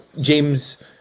James